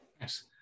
yes